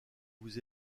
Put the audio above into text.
vous